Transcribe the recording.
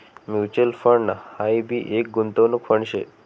mutual fund हाई भी एक गुंतवणूक फंड शे